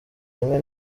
rimwe